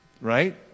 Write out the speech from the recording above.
right